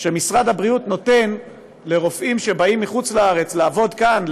שמשרד הבריאות נותן לרופאים שבאים מחוץ לארץ לעבוד כאן,